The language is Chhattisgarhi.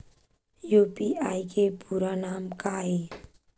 यू.पी.आई के पूरा नाम का ये?